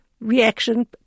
reaction